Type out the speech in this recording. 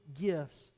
gifts